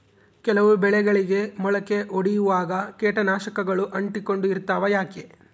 ಕೆಲವು ಬೆಳೆಗಳಿಗೆ ಮೊಳಕೆ ಒಡಿಯುವಾಗ ಕೇಟನಾಶಕಗಳು ಅಂಟಿಕೊಂಡು ಇರ್ತವ ಯಾಕೆ?